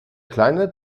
kleine